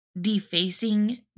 defacing